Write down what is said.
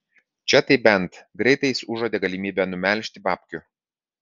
čia tai bent greitai jis užuodė galimybę numelžti babkių